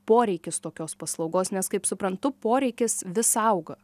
poreikis tokios paslaugos nes kaip suprantu poreikis vis auga